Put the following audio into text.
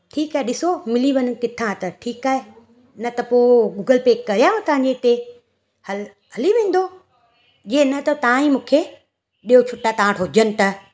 ठीकु आहे ॾिसो मिली वञे किथां त ठीकु आहे न त पोइ गुगल पे कयांव तव्हांजे हिते हल हली वेंदो इहा न त ताईं मूंखे ॾेयो छुटा तव्हां हुजनि त